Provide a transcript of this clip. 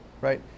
right